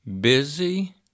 busy